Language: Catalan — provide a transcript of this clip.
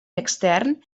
extern